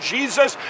Jesus